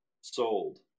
sold